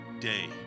day